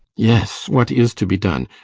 yes what is to be done?